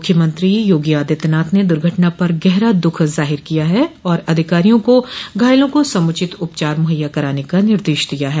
मुख्यमंत्री योगी आदित्यनाथ ने द्र्घटना पर गहरा दुःख जाहिर किया है और अधिकारियों को घायलों को समुचित उपचार मुहैया कराने का निर्देश दिया है